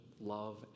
love